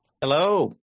Hello